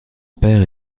père